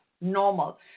normal